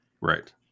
right